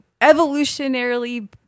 evolutionarily